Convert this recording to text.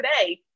today